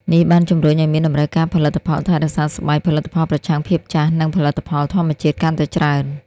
នេះបានជំរុញឱ្យមានតម្រូវការផលិតផលថែរក្សាស្បែក ផលិតផលប្រឆាំងភាពចាស់ និងផលិតផលធម្មជាតិកាន់តែច្រើន។